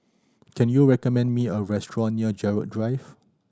can you recommend me a restaurant near Gerald Drive